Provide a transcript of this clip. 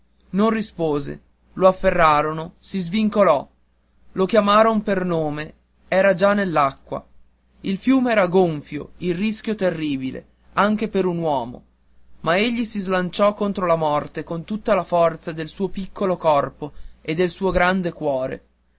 non rispose lo afferrarono si svincolò lo chiamaron per nome era già nell'acqua il fiume era gonfio il rischio terribile anche per un uomo ma egli si slanciò contro la morte con tutta la forza del suo piccolo corpo e del suo grande cuore